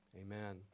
Amen